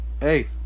Hey